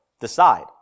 decide